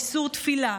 איסור תפילה,